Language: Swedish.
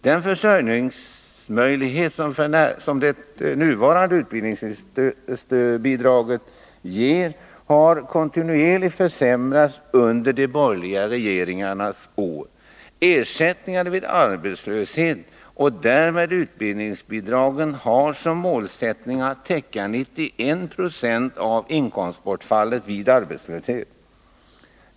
Den försörjningsmöjlighet som det nuvarande utbildningsbidraget ger har kontinuerligt försämrats under de borgerliga regeringarnas år. Ersättningarna vid arbetslöshet och därmed utbildningsbidragen har som målsättning att täcka 91 26 av inkomstbortfallet vid arbetslöshet.